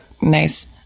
nice